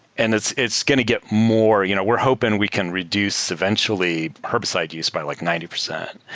and it's it's going to get more. you know we're hoping we can reduce eventually herbicide use by like ninety percent.